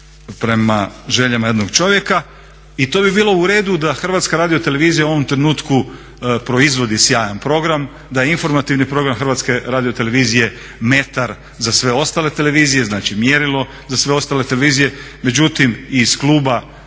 prema željama jednog čovjeka. I to bi bilo u redu da HRT u ovom trenutku proizvodi sjajan program, da je informativni program HRT-a metar za sve ostale televizije, znači mjerilo za sve ostale televizije, međutim iz kluba